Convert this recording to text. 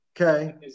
Okay